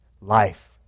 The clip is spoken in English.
life